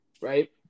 right